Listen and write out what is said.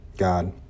God